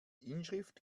inschrift